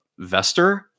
Vester